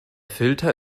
filter